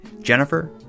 Jennifer